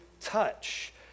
touch